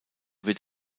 wird